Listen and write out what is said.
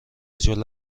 جلو